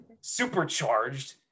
supercharged